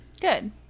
Good